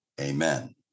Amen